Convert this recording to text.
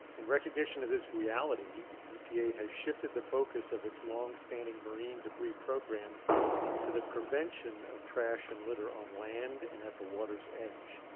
in recognition of this reality, epa has shifted the focus of its long standing marine debris program to the prevention of trash and litter on land and at the water's edge.